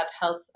health